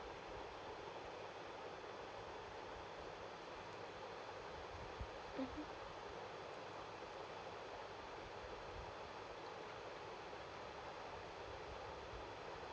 mmhmm